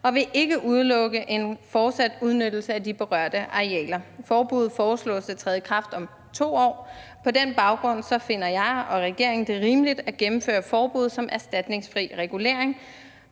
og vil ikke udelukke en fortsat udnyttelse af de berørte arealer. Forbuddet foreslås at træde i kraft om 2 år, og på den baggrund finder jeg og regeringen det rimeligt at gennemføre forbud som erstatningsfri regulering.